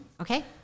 Okay